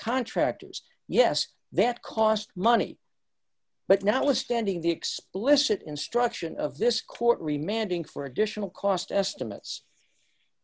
contractors yes that cost money but not withstanding the explicit instruction of this quote re mandiant for additional cost estimates